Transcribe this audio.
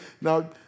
Now